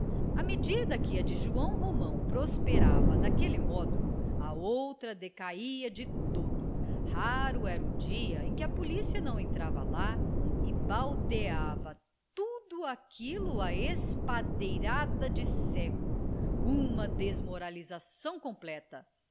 à medida que a de joão romão prosperava daquele modo a outra decaía de todo raro era o dia em que a polícia não entrava lá e baldeava tudo aquilo a espadeirada de cego uma desmoralização completa